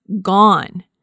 gone